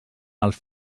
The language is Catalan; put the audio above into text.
els